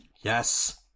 Yes